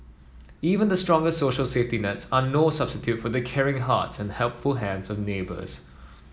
even the strongest social safety nets are no substitute for the caring hearts and helpful hands of neighbours